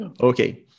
Okay